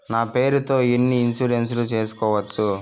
నా పేరుతో ఎన్ని ఇన్సూరెన్సులు సేసుకోవచ్చు?